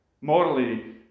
Morally